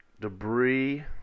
Debris